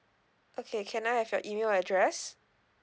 okay can I have your email address